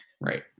right